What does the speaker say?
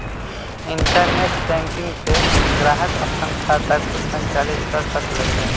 internet banking से ग्राहक अप्पन खाता खुद संचालित कर सकलई ह